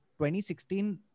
2016